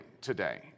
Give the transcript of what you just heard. today